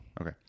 Okay